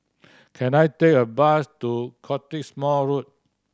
can I take a bus to Cottesmore Road